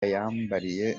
yambariye